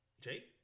Jake